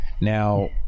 Now